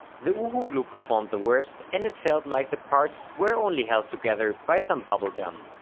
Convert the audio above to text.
the uhu glue performed the worst and it felt like the parts were only held together by some bubble gum.